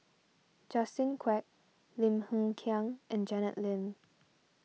Justin Quek Lim Hng Kiang and Janet Lim